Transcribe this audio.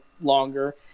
longer